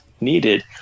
needed